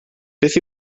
beth